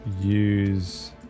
use